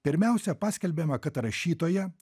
pirmiausia paskelbiama kad rašytoja